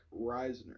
Reisner